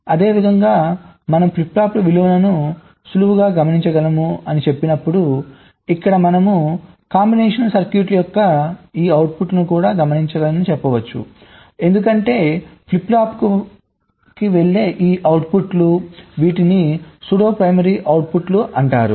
అదేవిధంగా మనం ఫ్లిప్ ఫ్లాప్ల విలువలను సులువుగా గమనించగలమని చెప్పినప్పుడు ఇక్కడ మనము కాంబినేషన్ సర్క్యూట్ల యొక్క ఈ అవుట్పుట్లను కూడా గమనించగలమని చెప్పవచ్చు ఎందుకంటే ఫ్లిప్ ఫ్లాప్కు వెళ్లే ఈ అవుట్పుట్లు వీటిని సూడో ప్రైమరీ అవుట్పుట్లు అంటారు